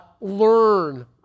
learn